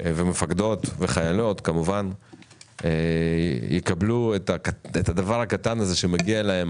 מפקדות וחיילות יקבלו את הדבר הקטן הזה שמגיע להם,